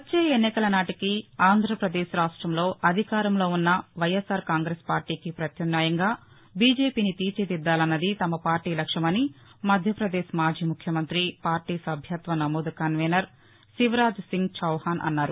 వచ్చే ఎన్నికల నాటికి ఆంధ్రప్రదేశ్ రాష్టంలో అధికారంలో ఉన్న వైఎస్సార్ కాంగ్రెస్ పార్టీకి పత్యామ్నాయంగా బీజేపీని తీర్చిదిద్దాలన్నది తమ పార్టీ లక్ష్యమని మధ్యప్రదేశ్ మాజీ ముఖ్యమంత్రి పార్టీ సభ్యత్వ నమోదు కన్వీనర్ శివరాజ్ సింగ్ చౌహాన్ అన్నారు